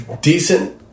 decent